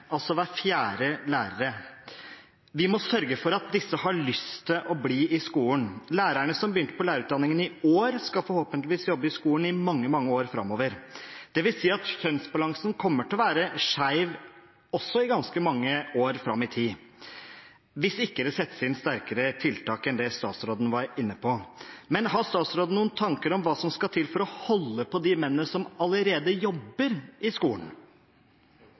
altså hver fjerde lærer. Vi må sørge for at disse har lyst til å bli i skolen. Lærerne som begynte på lærerutdanningen i år, skal forhåpentligvis jobbe i skolen i mange, mange år framover. Det vil si at kjønnsbalansen kommer til å være skjev også i ganske mange år fram i tid hvis det ikke settes inn sterkere tiltak enn det statsråden var inne på. Har statsråden noen tanker om hva som skal til for å holde på de mennene som allerede jobber i skolen?